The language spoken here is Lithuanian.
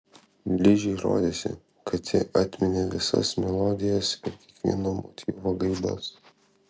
ližei rodėsi kad ji atminė visas melodijas ir kiekvieno motyvo gaidas